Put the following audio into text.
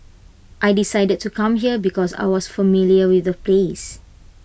I decided to come here because I was familiar with the place